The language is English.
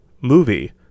movie